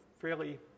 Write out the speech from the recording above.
fairly